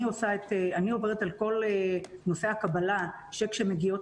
אני עוברת על כל נושא הקבלה שכשמגיעות